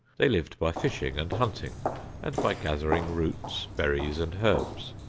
they lived by fishing and hunting and by gathering roots, berries and herbs.